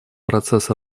процесс